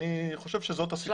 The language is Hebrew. אני חושב שזאת הסיטואציה.